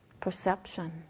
perception